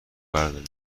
برداره